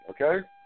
okay